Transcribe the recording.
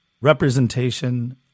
representation